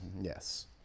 yes